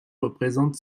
représentent